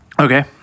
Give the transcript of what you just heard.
Okay